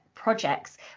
projects